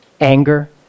anger